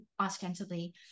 ostensibly